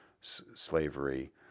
slavery